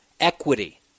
equity